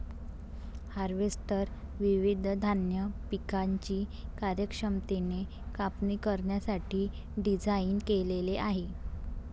harvester विविध धान्य पिकांची कार्यक्षमतेने कापणी करण्यासाठी डिझाइन केलेले आहे